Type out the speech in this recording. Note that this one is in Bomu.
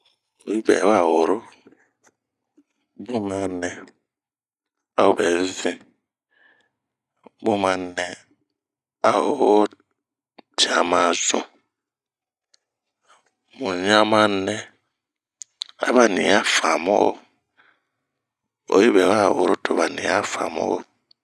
Oyi bɛ wa woro ,bun ma nɛ a o bɛ vinh, bun ma nɛ ao yi ho tian ma zunh. Mu ɲama nɛ a ba ni ɛh famu'oh. oyi bɛ wa woro to ba nii ɛh famu'o.